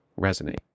resonate